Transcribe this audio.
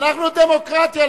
אנחנו דמוקרטיה,